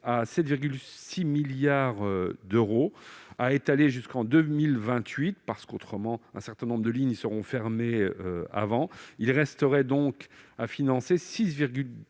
à 7,6 milliards d'euros, à étaler jusqu'en 2028, faute de quoi un certain nombre de lignes seront fermées avant. Il resterait donc à financer 6,4 milliards d'euros